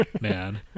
man